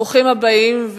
ברוכים הבאים.